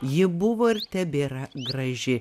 ji buvo ir tebėra graži